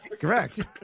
Correct